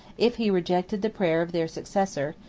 if he rejected the prayer of their successor,